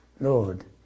Lord